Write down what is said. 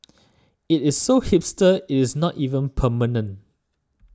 it is so hipster it is not even permanent